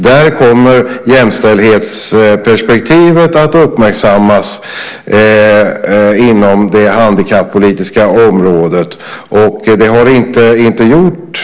Där kommer jämställdhetsperspektivet att uppmärksammas inom det handikappolitiska området. Det har inte gjorts tidigare.